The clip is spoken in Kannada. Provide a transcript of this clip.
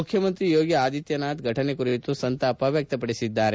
ಮುಖ್ಯಮಂತ್ರಿ ಯೋಗಿ ಆದಿತ್ತನಾಥ್ ಫಟನೆ ಕುರಿತು ಸಂಶಾಪ ವ್ಯಕ್ತಪಡಿಸಿದ್ದಾರೆ